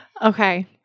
Okay